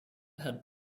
had